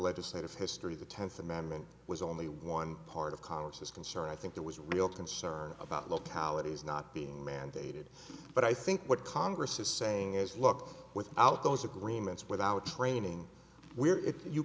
legislative history the tenth amendment was only one part of commerce is concerned i think there was real concern about localities not being mandated but i think what congress is saying is look without those agreements without training where if you